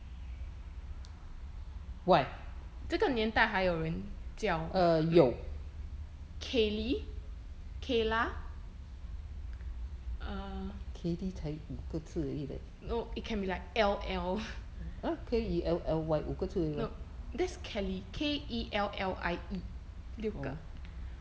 这个年代还有人叫 kellie kayla err no it can be like l l no that is kelly K E L L I E 六个